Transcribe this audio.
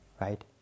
right